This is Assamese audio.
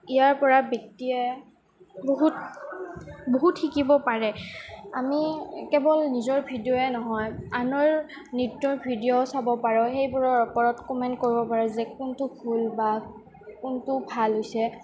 ইয়াৰ পৰা ব্যক্তিয়ে বহুত বহুত শিকিব পাৰে আমি কেৱল নিজৰ ভিডিঅ'য়ে নহয় আনৰ নৃত্যৰ ভিডিঅ' চাব পাৰোঁ সেইবোৰৰ ওপৰত কমেণ্ট কৰিব পাৰোঁ যে কোনটো ভুল বা কোনটো ভাল হৈছে